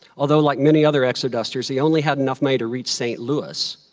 although, like many other exodusters, he only had enough money to reach st. louis,